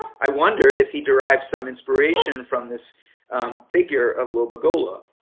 i wonder if he derived some inspiration from this figure of lobagola.